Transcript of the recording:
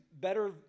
better